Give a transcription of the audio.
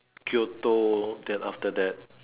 Kyoto then after that